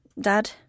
Dad